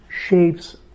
shapes